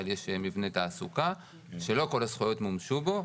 יש מבנה תעסוקה שלא כל הזכויות מומשו בו,